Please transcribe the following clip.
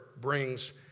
brings